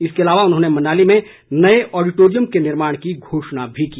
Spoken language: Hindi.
इसके अलावा उन्होंने मनाली में नए ओडिटोरियम के निर्माण की घोषणा भी की